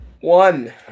one